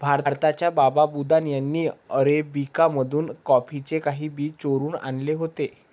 भारताच्या बाबा बुदन यांनी अरेबिका मधून कॉफीचे काही बी चोरून आणले होते